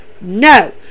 No